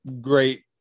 great